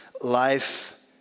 life